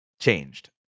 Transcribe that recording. changed